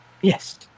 Yes